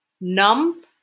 numb